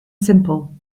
simple